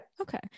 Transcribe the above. okay